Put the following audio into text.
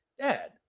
dad